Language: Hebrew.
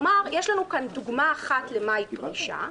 כלומר, יש לנו כאן דוגמה אחת למהי פרישה,